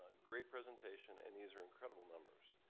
great presentation, and these are incredible numbers.